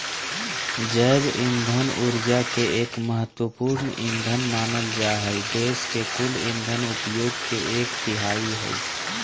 जैव इंधन ऊर्जा के एक महत्त्वपूर्ण ईंधन मानल जा हई देश के कुल इंधन उपयोग के एक तिहाई हई